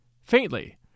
faintly